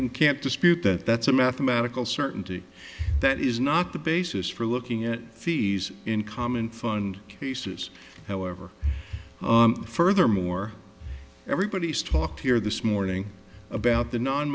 can't dispute that that's a mathematical certainty that is not the basis for looking at fees in common fund cases however furthermore everybody's talked here this morning about the non